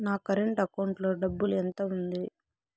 నా current account లో డబ్బులు ఎంత ఉంది?